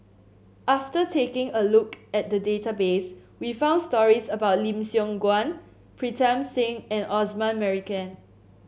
after taking a look at the database we found stories about Lim Siong Guan Pritam Singh and Osman Merican